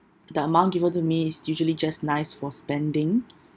the amount given to me is usually just nice for spending